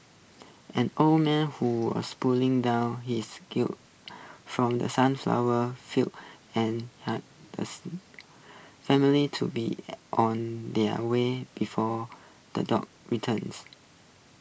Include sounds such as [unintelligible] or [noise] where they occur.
an old man who was putting down his gun from the sunflower fields and [unintelligible] the [unintelligible] family to be on their way before the dogs returns